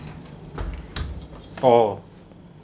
oh